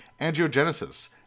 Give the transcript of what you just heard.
angiogenesis